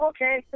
Okay